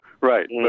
Right